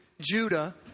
Judah